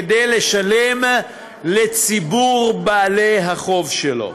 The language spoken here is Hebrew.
כדי לשלם לציבור בעלי החוב שלו.